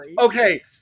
okay